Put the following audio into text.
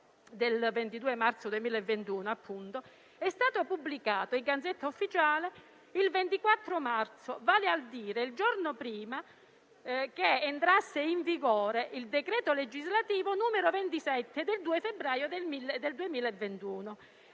il decreto legislativo n. 27 del 2 febbraio 2021